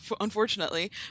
Unfortunately